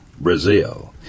Brazil